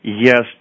Yes